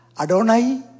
Adonai